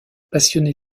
passionné